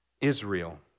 Israel